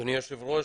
אדוני היושב ראש,